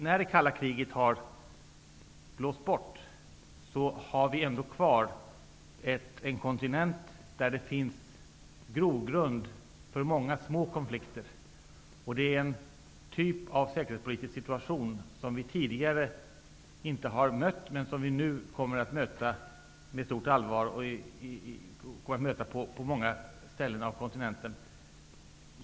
När det kalla kriget blåst bort har vi ändå kvar en kontinent där det finns grogrund för många små konflikter. Det är en typ av säkerhetspolitisk situation som vi tidigare inte har mött men som vi nu på allvar kommer att möta på många ställen på kontinenten.